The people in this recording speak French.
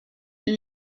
est